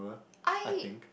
I